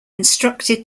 instructed